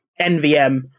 nvm